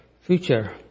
future